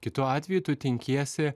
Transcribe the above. kitu atveju tu tinkiesi